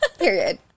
period